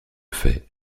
fait